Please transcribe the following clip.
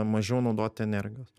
mažiau naudoti energijos